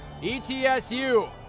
ETSU